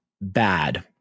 bad